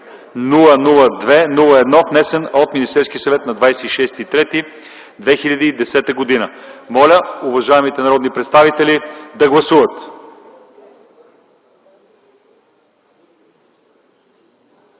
внесен от Министерския съвет на 26.03.2010 г. Моля уважаемите народни представители да гласуват.